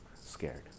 scared